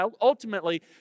ultimately